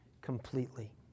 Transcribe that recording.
completely